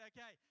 Okay